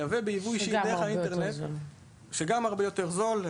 לייבא ביבוא אישי דרך האינטרנט זה הרבה יותר זול.